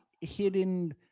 hidden